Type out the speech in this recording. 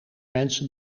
mensen